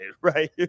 right